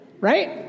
Right